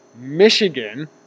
Michigan